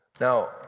Now